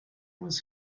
was